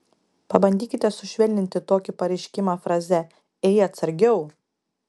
pabandykite sušvelninti tokį pareiškimą fraze ei atsargiau